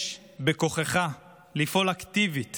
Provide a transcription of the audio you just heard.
יש בכוחך לפעול אקטיבית